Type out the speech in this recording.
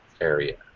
area